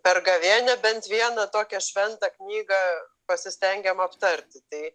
per gavėnią bent vieną tokią šventą knygą pasistengiam aptarti tai